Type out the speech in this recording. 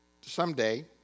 Someday